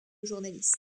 journaliste